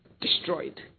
destroyed